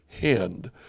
hand